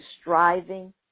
striving